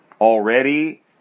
already